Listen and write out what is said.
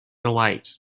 delight